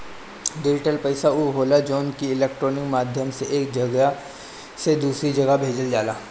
digital पईसा उ होला जवन की इलेक्ट्रोनिक माध्यम से एक जगही से दूसरा जगही भेजल जाला